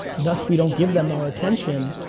thus we don't give them our attention,